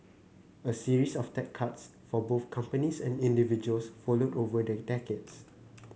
a series of tax cuts for both companies and individuals followed over the decades